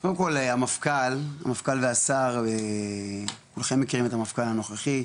קודם כל המפכ"ל והשר כולכם מכירים את המפכ"ל הנוכחי,